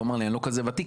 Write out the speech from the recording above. אמר לי: אני לא כזה ותיק,